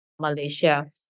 Malaysia